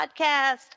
podcast